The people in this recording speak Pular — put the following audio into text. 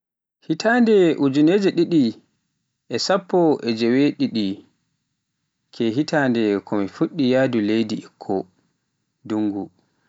Hitande ujinere didi e sappoe jeweedidi ke hitande ko fuɗɗi yahdu leydi Ikko, ndungu.